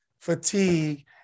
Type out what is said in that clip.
fatigue